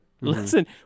listen